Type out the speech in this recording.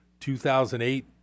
2008